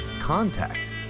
contact